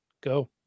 go